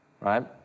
right